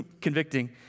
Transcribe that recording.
convicting